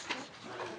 הבעיה.